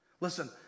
listen